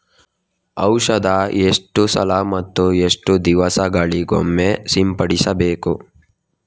ಔಷಧ ಎಷ್ಟು ಸಲ ಮತ್ತು ಎಷ್ಟು ದಿವಸಗಳಿಗೊಮ್ಮೆ ಸಿಂಪಡಿಸಬೇಕು?